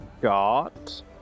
got